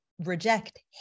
reject